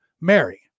Mary